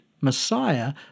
Messiah